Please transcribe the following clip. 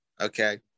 Okay